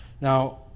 Now